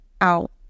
out